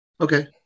Okay